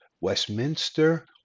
Westminster